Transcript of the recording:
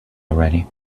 already